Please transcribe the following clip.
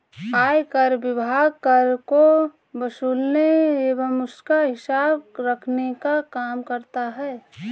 आयकर विभाग कर को वसूलने एवं उसका हिसाब रखने का काम करता है